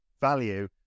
value